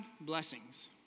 blessings